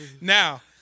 Now